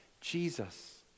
Jesus